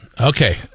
okay